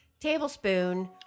tablespoon